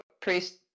Priest